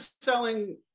selling